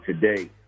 today